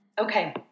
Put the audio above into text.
Okay